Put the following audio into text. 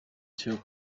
took